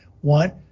One